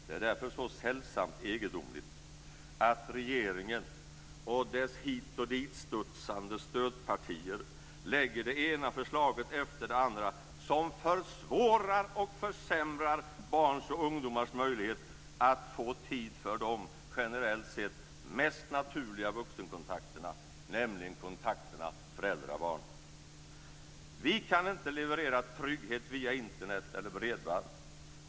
Det är därför så sällsamt egendomligt att regeringen och dess hit och ditstudsande stödpartier lägger fram det ena förslaget efter det andra som försvårar och försämrar barns och ungdomars möjligheter att få tid för de, generellt sett, mest naturliga vuxenkontakterna, nämligen kontakterna mellan föräldrar och barn. Vi kan inte leverera trygghet via Internet eller bredband.